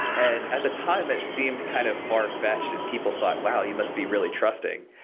and at the time, it seemed kind of far-fetched and people thought, wow, you must be really trusting.